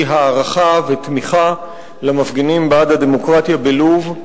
הערכה ותמיכה למפגינים בעד הדמוקרטיה בלוב,